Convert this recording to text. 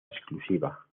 exclusiva